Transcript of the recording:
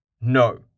No